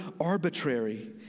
arbitrary